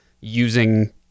using